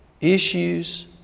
issues